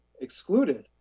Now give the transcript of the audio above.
excluded